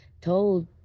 told